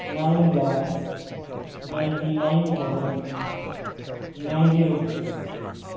nine lacs ninety nine thousand ninety rupees